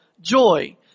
joy